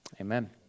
amen